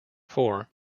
four